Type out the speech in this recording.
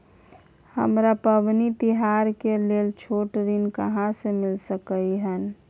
हमरा पबनी तिहार के लेल छोट ऋण कहाँ से मिल सकलय हन?